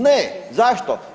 Ne, zašto?